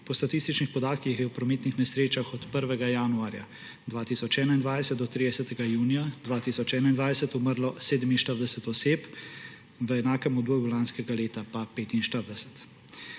Po statističnih podatkih je v prometnih nesrečah od 1. januarja 2021 do 30. junija 2021 umrlo 47 oseb, v enakem obdobju lanskega leta pa 45.